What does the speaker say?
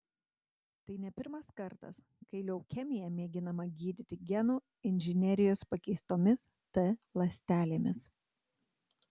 tai ne pirmas kartas kai leukemiją mėginama gydyti genų inžinerijos pakeistomis t ląstelėmis